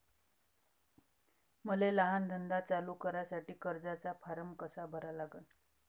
मले लहान धंदा चालू करासाठी कर्जाचा फारम कसा भरा लागन?